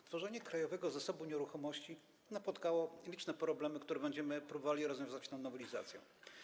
Stworzenie Krajowego Zasobu Nieruchomości napotkało liczne problemy, które będziemy próbowali rozwiązać tą nowelizacją.